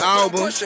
album